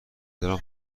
تهران